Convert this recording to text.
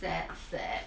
sad sad